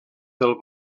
del